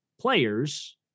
players